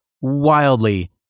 wildly